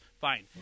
fine